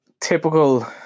typical